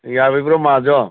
ꯌꯥꯕꯤꯕ꯭ꯔꯣ ꯃꯥꯍꯥꯖꯣꯟ